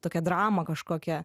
tokią dramą kažkokią